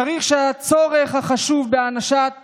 צריך שהצורך החשוב בהענשת